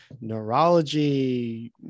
neurology